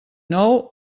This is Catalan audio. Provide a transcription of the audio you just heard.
nou